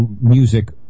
music